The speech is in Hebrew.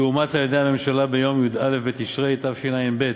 שאומץ על-ידי הממשלה ביום י"א בתשרי תשע"ב,